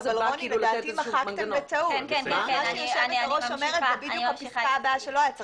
מה שהיושבת-ראש אומרת זה בדיוק הפסקה הבאה.